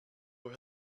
with